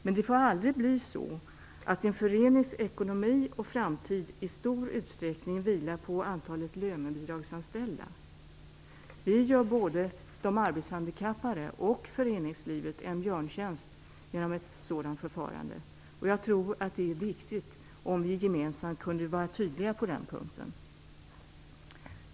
Men det får aldrig bli så att en förenings ekonomi och framtid i stor utsträckning vilar på antalet lönebidragsanställda. Vi gör både de arbetshandikappade och föreningslivet en björntjänst genom ett sådant förfarande. Jag tror att det är viktigt om vi gemensamt kunde vara tydliga på den punkten.